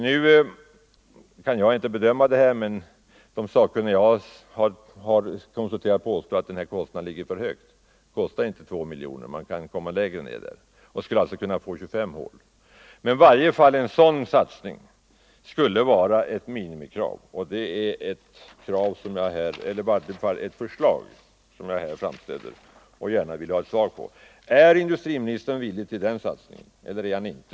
Jag kan inte bedöma kostnaden per borrhål men de sakkunniga jag konsulterat påstår att den av herr Johansson uppgivna kostnaden ligger för högt. Det kostar inte 2 miljoner. Det skulle alltså gå att få 25 hål för ett lägre belopp. Jag framlägger alltså förslag om en satsning av detta slag som ett minimikrav. Jag vill gärna ha svar på frågan om industriministern är villig till denna satsning eller inte?